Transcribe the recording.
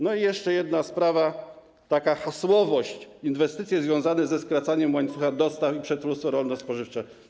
No i jeszcze jedna sprawa: taka hasłowość - inwestycje związane ze skracaniem łańcucha dostaw i przetwórstwa rolno-spożywczego.